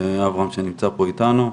של אברהם שנמצא פה אתנו.